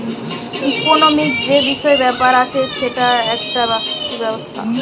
economic যে বিষয় ব্যাপার আছে সেটার একটা ব্যবস্থা